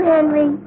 Henry